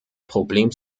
problem